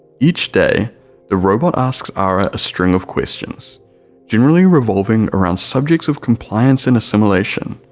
each day the robot asks ara a string of questions generally revolving around subjects of compliance and assimilation,